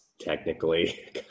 technically